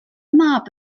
mab